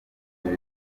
kuko